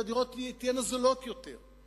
שהדירות תהיינה זולות יותר,